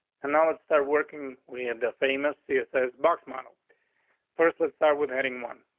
and now let's start working. we had the famous css box model first. let's start with heading one,